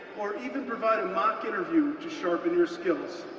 or even provide a mock interview to sharpen your skills.